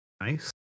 Nice